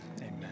Amen